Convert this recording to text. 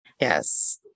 Yes